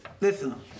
Listen